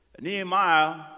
Nehemiah